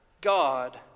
God